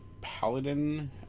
paladin